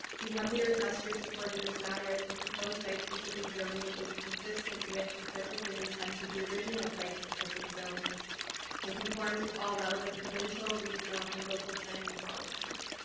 we humbly request your support in this matter as the proposed site specific zoning is consistent with the purpose and intent of the original site specific zoning and conforms with all relevant provincial, regional and local planning policies.